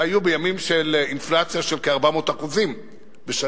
זה היה בימים של אינפלציה של כ-400% בשנה.